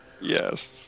Yes